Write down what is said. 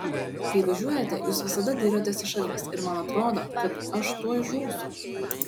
kai važiuojate jūs visada dairotės į šalis ir man atrodo kad aš tuoj žūsiu